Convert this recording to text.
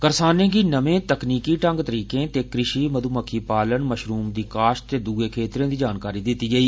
करसाने गी नमें तकनीकी ढंग तरीकें ते कृषि मध्मक्खी पालन मशरूम दी काश्त ते दुए खेत्तरें दी जानकारी दित्ती गेई